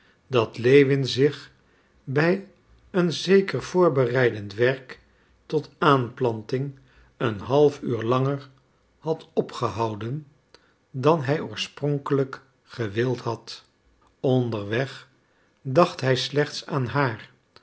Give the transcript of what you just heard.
dat lewin zich bij een zeker voorbereidend werk tot aanplanting een half uur langer had opgehouden dan hij oorspronkelijk gewild had onderweg dacht hij slechts aan haar